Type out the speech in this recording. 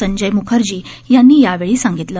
संजय म्खर्जी यांनी यावेळी सांगितलं